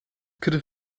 could